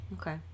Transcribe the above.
Okay